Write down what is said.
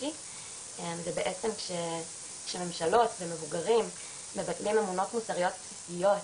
זה בעצם כשממשלות ומבוגרים מבטלים אמונות מוסריות בסיסיות,